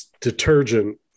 detergent